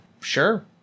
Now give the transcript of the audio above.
Sure